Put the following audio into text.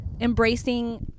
embracing